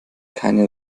keine